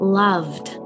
loved